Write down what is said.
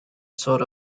sort